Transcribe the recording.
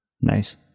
nice